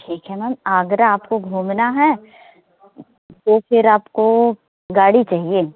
ठीक है मैम आगरा आपको घूमना है तो फिर आपको गाड़ी चाहिए